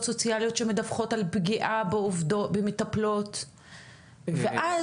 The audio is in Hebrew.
סוציאליות שמדווחות על פגיעה במטפלות ואז,